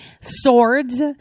swords